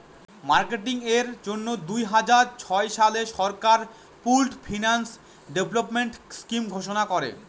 marketing এর জন্য দুই হাজার ছয় সালে সরকার পুল্ড ফিন্যান্স ডেভেলপমেন্ট স্কিম ঘোষণা করে